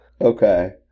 okay